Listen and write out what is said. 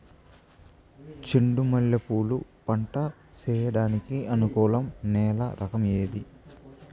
చెండు మల్లె పూలు పంట సేయడానికి అనుకూలం నేల రకం ఏది